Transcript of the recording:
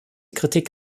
kritik